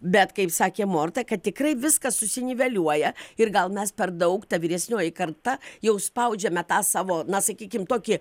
bet kaip sakė morta kad tikrai viskas susiniveliuoja ir gal mes per daug ta vyresnioji karta jau spaudžiame tą savo na sakykim tokį